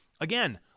Again